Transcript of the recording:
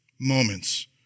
moments